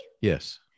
Yes